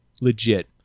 legit